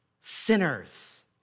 sinners